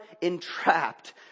entrapped